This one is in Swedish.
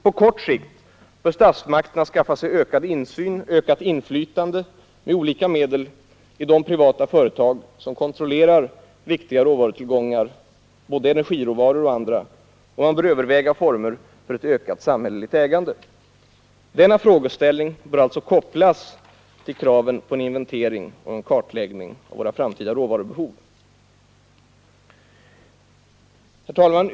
På kort sikt bör statsmakterna skaffa sig ökad insyn och ökat inflytande, med olika medel, i de privata företag som kontrollerar viktiga råvarutillgångar, både energiråvaror och andra, och man bör överväga former för ett ökat samhälleligt ägande. Denna frågeställning bör alltså kopplas till kraven på en inventering och kartläggning av våra framtida råvarubehov. Herr talman!